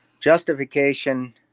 justification